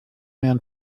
man